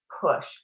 push